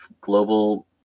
Global